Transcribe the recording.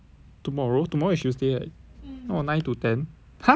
tomorrow tomorrow is tuesday right orh nine to ten !huh! nine to